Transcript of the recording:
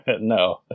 No